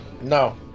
No